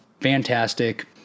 fantastic